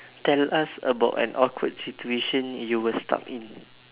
tell us about an awkward situation you were stuck in